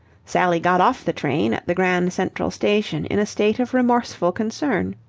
sally got off the train, at the grand central station in a state of remorseful concern.